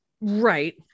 right